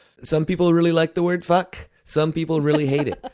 some people really like the word! fuck. some people really hate it.